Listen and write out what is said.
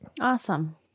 Awesome